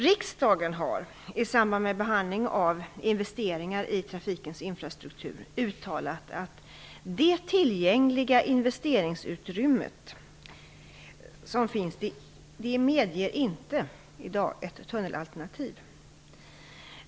Riksdagen har, i samband med behandling av investeringar i trafikens infrastruktur, uttalat att det tillgängliga investeringsutrymmet i dag inte medger ett tunnelalternativ.